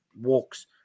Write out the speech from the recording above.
walks